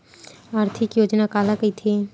आर्थिक योजना काला कइथे?